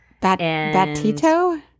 Bat-Tito